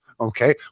okay